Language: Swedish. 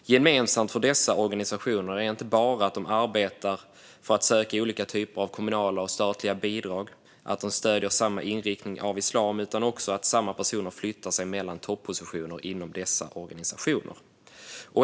Gemensamt för dessa organisationer är inte bara att de arbetar för att söka olika typer av kommunala och statliga bidrag och att de stöder samma inriktning av islam utan också att samma personer flyttar sig mellan topppositioner inom dessa organisationer.